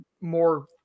more